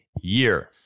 year